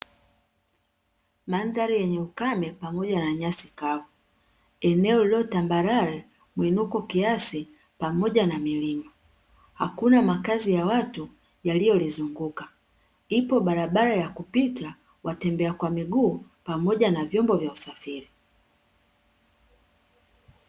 Mandhari yenye ukame pamoja na nyasi kavu eneo lililo tambarare, muinuko kiasi pamoja na milima, hakuna makazi ya watu yaliyolizunguka ipo barabara ya kupita watembea kwa miguu pamoja na vyombo vya usafiri.